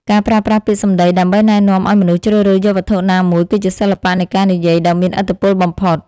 ការប្រើប្រាស់ពាក្យសម្តីដើម្បីណែនាំឱ្យមនុស្សជ្រើសរើសយកវត្ថុណាមួយគឺជាសិល្បៈនៃការនិយាយដ៏មានឥទ្ធិពលបំផុត។